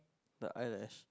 the eyelash